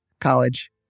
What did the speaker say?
College